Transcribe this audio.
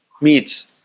meets